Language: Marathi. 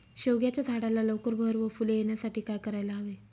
शेवग्याच्या झाडाला लवकर बहर व फूले येण्यासाठी काय करायला हवे?